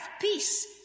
peace